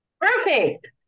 perfect